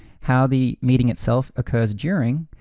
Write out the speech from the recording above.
how the meeting itself occurs during,